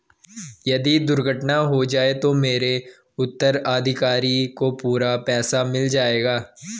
यदि दुर्घटना हो जाये तो मेरे उत्तराधिकारी को पूरा पैसा मिल जाएगा?